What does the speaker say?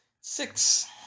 Six